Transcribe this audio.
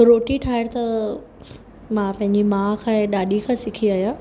रोटी ठाहिण त मां पंहिंजी माउ खां ऐं ॾाॾी खां सिखी आहियां